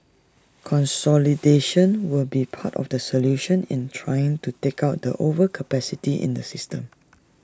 consolidation will be part of the solution in trying to take out the overcapacity in the system